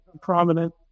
prominent